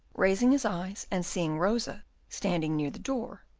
raising his eyes, and seeing rosa standing near the door,